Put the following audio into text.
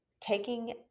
taking